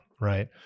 right